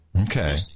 Okay